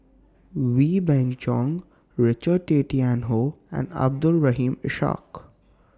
Wee Beng Chong Richard Tay Tian Hoe and Abdul Rahim Ishak